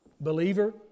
believer